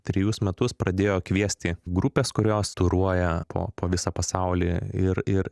trejus metus pradėjo kviesti grupės kurios turuoja po po visą pasaulį ir ir